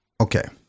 okay